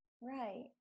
Right